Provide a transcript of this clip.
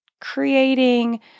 creating